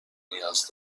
نیاز